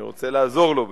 אני רוצה לעזור לו בזה,